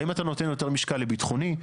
האם אתה נותן יותר משקל לביטחוני?